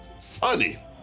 Funny